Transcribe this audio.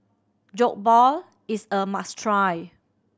Jokbal is a must try